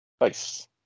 Nice